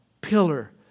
pillar